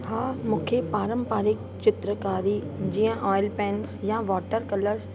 हा मूंखे पारंपारिक चित्रकारी जीअं ऑइल पैंट्स या वाटर कलर्स